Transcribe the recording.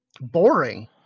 boring